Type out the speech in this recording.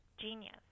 genius